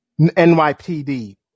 NYPD